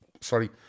Sorry